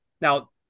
Now